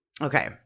Okay